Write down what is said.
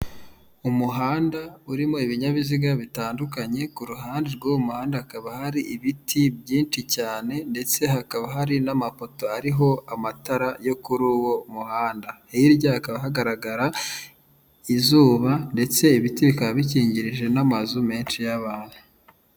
Umuhanda urimo ibinyabiziga bitandukanye k'uruhande rw'uwo umuhanda hakaba hari ibiti byinshi cyane ndetse hakaba hari n'amapoto ariho amatara yo kuri uwo muhanda, hirya hakaba hagaragara izuba ndetse ibiti bikaba bikingirije n'amazu menshi y'abantu.